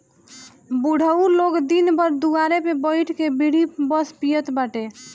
बुढ़ऊ लोग दिन भर दुआरे पे बइठ के बीड़ी बस पियत बाटे